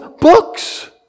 books